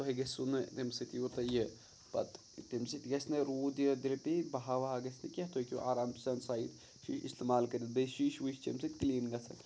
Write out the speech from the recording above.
تۄہہِ گژھِو نہٕ تمہِ سۭتۍ یوٗتاہ یہِ پَتہٕ تمہِ سۭتۍ گژھِ نہٕ روٗد یہِ درٛپی بہہ وہہ گژھِ نہٕ کینٛہہ تُہۍ ہٮ۪کِو آرام سان سایِٹ چھِ اِستعمال کٔرِتھ بیٚیہِ شیٖش وُیٖش تمہِ سۭتۍ کٕلیٖن گژھن